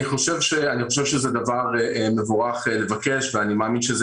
אני חושב שזה דבר מבורך לבקש ואני מאמין שזה